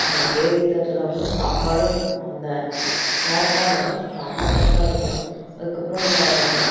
KG தேயேட்டருல வந்து சாப்பாடு அந்த பாப்கார்ன் இதெல்லாம் செம்ம டேஸ்டாக இருக்கும் அதுக்கப்புறம் இந்த